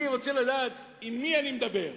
אני רוצה לדעת עם מי אני מדבר,